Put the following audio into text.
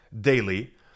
daily